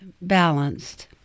balanced